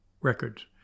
records